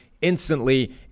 Instantly